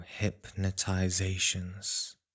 hypnotizations